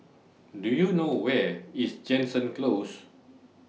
Do YOU know Where IS Jansen Close